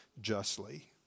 justly